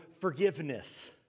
forgiveness